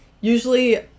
usually